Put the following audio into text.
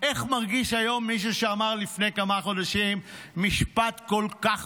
איך מרגיש היום מישהו שאמר לפני כמה חודשים משפט כל כך